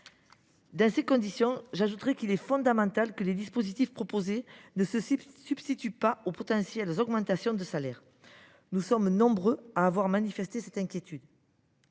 Dans ces conditions, j’ajoute qu’il est fondamental que les dispositifs proposés ne se substituent pas aux potentielles augmentations de salaire. Nous sommes nombreux à avoir manifesté notre inquiétude